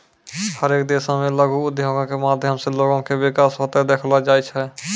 हरेक देशो मे लघु उद्योगो के माध्यम से लोगो के विकास होते देखलो जाय छै